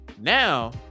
Now